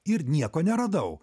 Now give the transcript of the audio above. ir nieko neradau